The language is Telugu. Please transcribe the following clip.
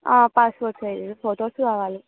పాస్పోర్ట్ సైజు ఫోటోస్ కావాలి